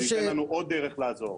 זה ייתן לנו עוד דרך לעזור.